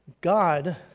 God